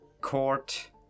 court